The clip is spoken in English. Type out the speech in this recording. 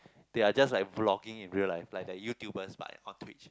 they are just like blogging in real life like the YouTubers but on Tweets